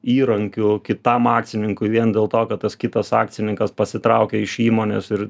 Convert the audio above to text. įrankiu kitam akcininkui vien dėl to kad tas kitas akcininkas pasitraukia iš įmonės ir